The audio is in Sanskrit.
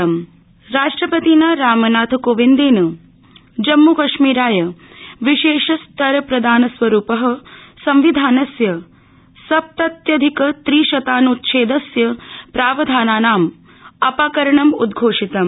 राष्टपति रामनाथकोविन्द राष्ट्रपतिना रामनाथकोविंदेन जम्मु कश्मीराय विशेष स्तर प्रदान स्वरूप संविधानस्य सप्तत्यधिकत्रिशतान्च्छेदस्य प्रावधानानां अपाकरणं उदघोषितम्